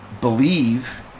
believe